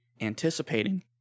anticipating